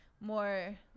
more